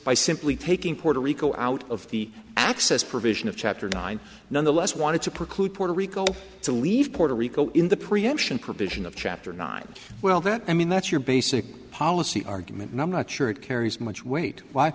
by simply taking puerto rico out of the access provision of chapter nine nonetheless wanted to preclude puerto rico to leave puerto rico in the preemption provision of chapter nine well that i mean that's your basic policy argument and i'm not sure it carries much weight why